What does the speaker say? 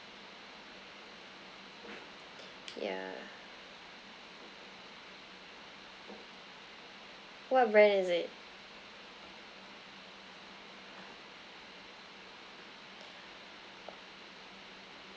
yeah what brand is it